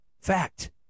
Fact